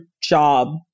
job